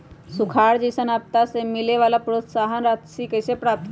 सुखार जैसन आपदा से मिले वाला प्रोत्साहन राशि कईसे प्राप्त करी?